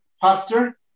pastor